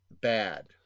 bad